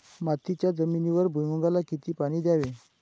मातीच्या जमिनीवर भुईमूगाला किती पाणी द्यावे?